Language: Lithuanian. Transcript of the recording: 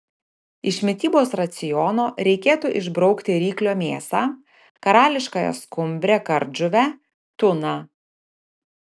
iš mitybos raciono reikėtų išbraukti ryklio mėsą karališkąją skumbrę kardžuvę tuną